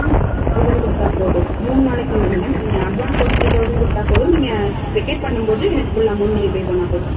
three thousand கொடுத்தாப் போதும் மூண் நாளைக்கு இல்லை மேடம் நீங்கள் அட்வான்ஸ் வந்து த்ரீ தௌசண்ட் கொடுத்தாப் போதும் நீங்கள் வெக்கேட் பண்ணும்போது எனக்கு ஃபுல் அமௌண்ட் பே பண்ணால் போதும்